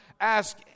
ask